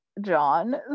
John